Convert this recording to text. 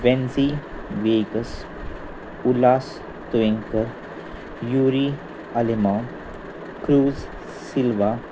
fancy Viegas Ulhas Tuenkar Yuri Alemao Cruz Silva